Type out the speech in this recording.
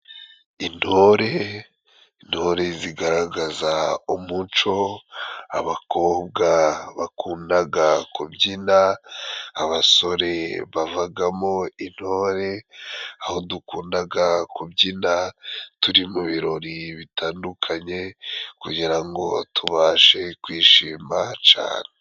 Intore intore zigaragaza umuco, abakobwa bakundaga kubyina, abasore bavagamo intore, aho dukundaga kubyina turi mu birori bitandukanye kugira ngo tubashe kwishima cane.